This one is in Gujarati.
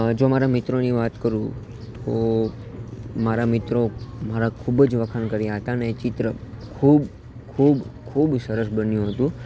જો મારા મિત્રોની વાત કરું તો મારા મિત્રો મારા ખૂબ જ વખાણ કર્યા હતા અને એ ચિત્ર ખૂબ ખૂબ ખૂબ સરસ બન્યું હતું